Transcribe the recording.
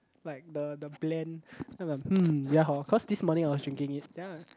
like the the blend then I'm mm ya hor cause this morning I was drinking it then I